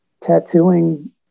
tattooing